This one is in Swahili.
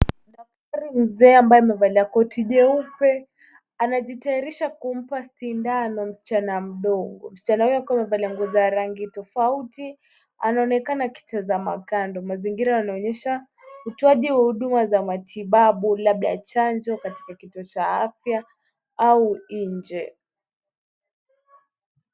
Mzee ambae amevaa koti jeupe anajitayarisha kumpa sindano msichana mdogo. Msichana huyu akiwa amevalia nguo za rangi tofauti. Anaonekana akitazama kando. Mazingira yanaonyesha utoaji wa huduma za matibabu labda chanjo katika kituo cha afya au nje.